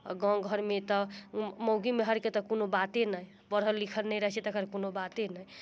आ गाँव घरमे तऽ मौगी मेहर कऽ तऽ कोनो बाते नहि पढ़ल लिखल नहि रहैत छै तेकर कोनो बाते नहि